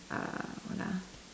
uh what ah